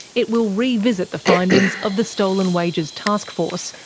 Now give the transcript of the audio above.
it will re-visit the findings of the stolen wages taskforce,